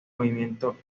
movimiento